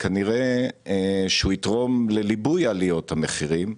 הוא רק יתרום לליבוי עליות המחירים.